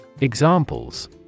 Examples